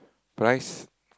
price